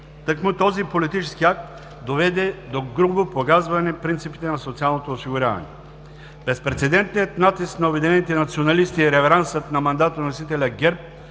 Тъкмо този политически акт доведе до грубо погазване принципите на социалното осигуряване. Безпрецедентният натиск на обединените националисти, реверансът на мандатоносителя ГЕРБ